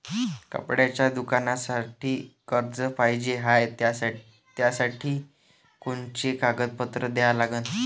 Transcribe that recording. कपड्याच्या दुकानासाठी कर्ज पाहिजे हाय, त्यासाठी कोनचे कागदपत्र द्या लागन?